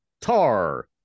Tar